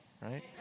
right